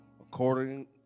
according